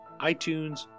iTunes